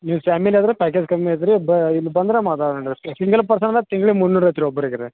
ನೀವು ಫ್ಯಾಮಿಲಿ ಆದರೆ ಪ್ಯಾಕೇಜ್ ಕಮ್ಮಿ ಐತ್ರಿ ಬ ಇಲ್ಲಿ ಬಂದರೆ ಮಾತಾಡೋಣ ರೀ ಸಿಂಗಲ್ ಪರ್ಸನಾದ್ರೆ ತಿಂಗ್ಳಿಗೆ ಮುನ್ನೂರೈವತ್ತು ರೀ ಒಬ್ರಿಗೆ ರೀ